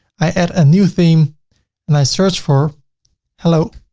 i add a new theme and i searched for hello.